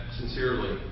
sincerely